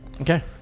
Okay